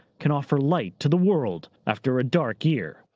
can offer light to the world after a dark year.